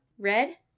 red